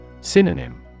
Synonym